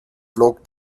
flog